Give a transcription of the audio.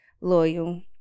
Loyal